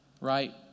right